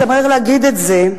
מצמרר להגיד את זה,